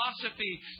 philosophy